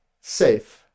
safe